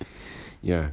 yeah